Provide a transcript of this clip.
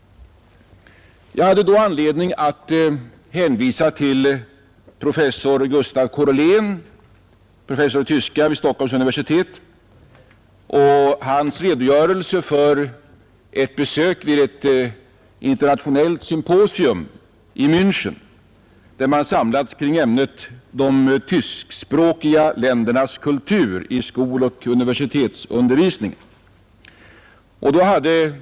Jag hade då anledning att hänvisa till professor Gustav Korlén — professor i tyska vid Stockholms universitet — och hans redogörelse för ett besök vid ett internationellt symposium i Minchen, där man samlats kring ämnet ”De tyskspråkiga ländernas kultur i skoloch universitetsundervisningen”.